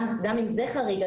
גם אם זה חריג,